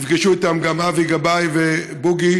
נפגשו איתם גם אבי גבאי ובוז'י,